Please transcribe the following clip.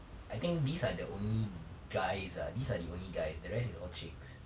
I think these are the only guys ah these are the only guys the rest is all chicks